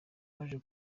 waje